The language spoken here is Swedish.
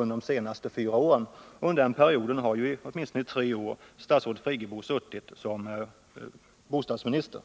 Under åtminstone tre år av denna period har statsrådet Friggebo varit bostadsminister.